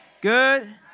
good